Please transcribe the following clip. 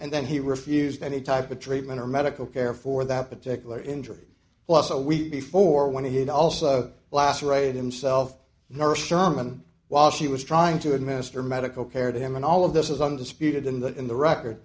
and then he refused any type of treatment or medical care for that particular injury plus a week before when he had also lacerated himself nursed sharman while she was trying to administer medical care to him and all of this is undisputed in the in the record